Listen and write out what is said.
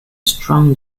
strong